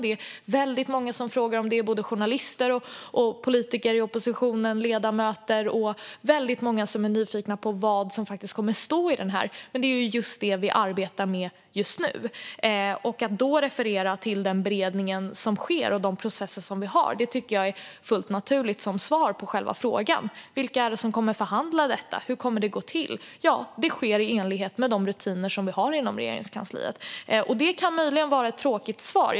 Det är många som frågar om det - journalister, politiker i oppositionen, ledamöter och många andra är nyfikna på vad som faktiskt kommer att stå i handlingsplanen - men det är precis det vi arbetar med just nu. Att då referera till den beredning som sker och de processer vi har tycker jag är fullt naturligt som svar på frågan. Vilka kommer att förhandla detta, och hur det kommer att gå till? Ja, det arbetet sker i enlighet med de rutiner vi har inom Regeringskansliet. Det kan möjligen vara ett tråkigt svar.